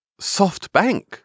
SoftBank